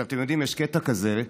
עכשיו, אתם יודעים, יש קטע כזה,